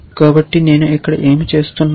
కాబట్టి నేను ఇక్కడ ఏమి చేస్తున్నాను